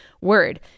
word